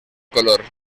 color